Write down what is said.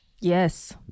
Yes